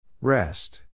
Rest